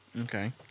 Okay